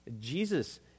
Jesus